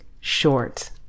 short